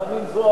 את חנין זועבי?